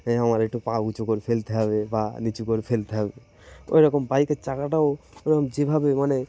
হ্যাঁ আমার একটু পা উঁচু করে ফেলতে হবে বা নিচু করে ফেলতে হবে ওরকম বাইকের চাকাটাও ওরকম যেভাবে মানে